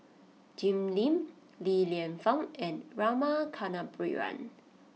Jim Lim Li Lienfung and Rama Kannabiran